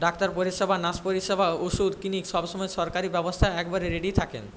doctor পরিষেবা nurse পরিষেবা ওষুধ ক্লিনিক সব সময় সরকারি ব্যবস্থা একবারে রেডি থাকেন